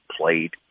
played